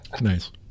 Nice